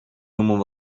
noemen